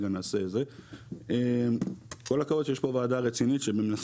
כל הכבוד שיש פה ועדה רצינית שמנסה